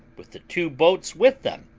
with the two boats with them,